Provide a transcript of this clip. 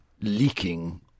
leaking